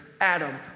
Adam